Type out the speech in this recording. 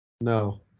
No